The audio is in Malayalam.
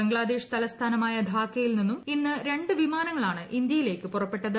ബംഗ്ലാദേശ് തലസ്ഥാനമായ ധാക്കയിൽ നിന്നും ഇന്ന് രണ്ട് വിമാനങ്ങളാണ് ഇന്ത്യയിലേക്ക് പുറപ്പെട്ടത്